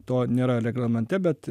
to nėra reglamente bet